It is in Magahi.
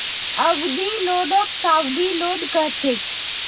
अवधि लोनक सावधि लोन कह छेक